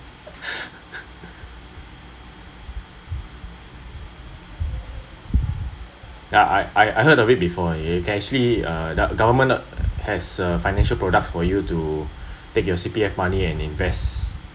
ya I I I heard of it before it can actually uh the government has uh financial products for you to take your C_P_F money and invest